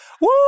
Woo